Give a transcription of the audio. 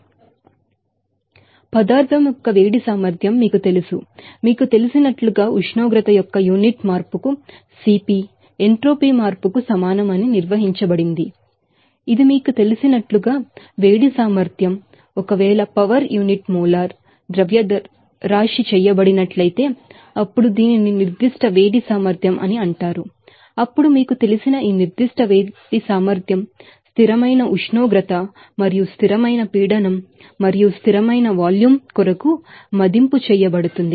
మరియు పదార్థం యొక్క వేడి సామర్థ్యంహీట్ కెపాసిటీheat capacity మీకు తెలుసు మీకు తెలిసినట్లుగా ఉష్ణోగ్రత యొక్క యూనిట్ మార్పుకు CP ఎంట్రోపీ మార్పుకు సమానం అని నిర్వచించబడింది ఇది మీకు తెలిసినట్లుగా హీట్ కెపాసిటీమరియు ఒకవేళ పవర్ యూనిట్ మోలార్ మాస్ చేయబడినట్లయితే అప్పుడు దీనిని స్పెసిఫిక్ హీట్ కెపాసిటీ అని అంటారు అప్పుడు మీకు తెలిసిన ఈ నిర్ధిష్ట వేడి సామర్థ్యంస్పెసిఫిక్ హీట్ కెపాసిటీ specific heat capacity స్థిరమైన ఉష్ణోగ్రత constant heatకాన్స్టాంట్ హీట్ మరియు స్థిరమైన పీడనంకాన్స్టాంట్ ప్రెషర్ constant pressure మరియు స్థిరమైన వాల్యూంకాన్స్టాంట్ వాల్యూం కొరకు మదింపు చేయబడుతుంది